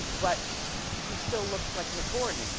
but he still looks like nick gordon.